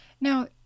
Now